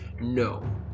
No